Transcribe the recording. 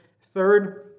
Third